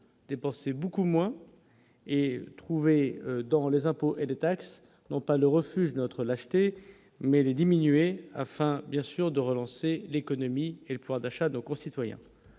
dépenser beaucoup moins et trouver dans les impôts et de taxes, non pas le refuge notre lâcheté mais les diminuer afin bien sûr de relancer l'économie et le pouvoir d'achat de nos concitoyens,